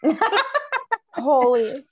Holy